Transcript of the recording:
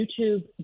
YouTube